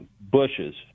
bushes